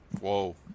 Whoa